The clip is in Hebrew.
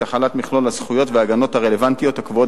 את החלת מכלול הזכויות וההגנות הרלוונטיות הקבועות